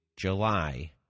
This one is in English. July